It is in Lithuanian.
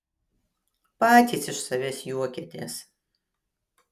patys iš savęs juokiatės